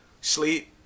Sleep